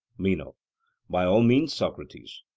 meno by all means, socrates.